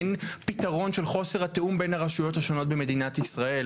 אין פתרון של חוסר התיאום בין הרשויות השונות במדינת ישראל.